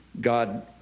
God